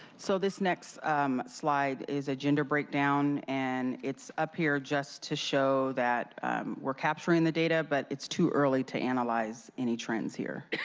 so this next slide is a gender breakdown and it's up here just to show that we're capturing the data, but it's too early to analyze any trends here. and